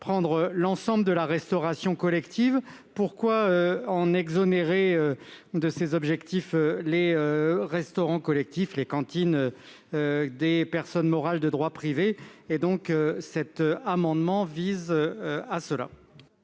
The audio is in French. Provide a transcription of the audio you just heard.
cibler l'ensemble de la restauration collective. Pourquoi exonérer de ces objectifs les restaurants collectifs et cantines des personnes morales de droit privé ? Les deux amendements